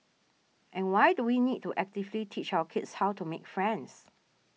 and why do we need to actively teach our kids how to make friends